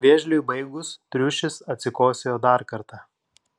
vėžliui baigus triušis atsikosėjo dar kartą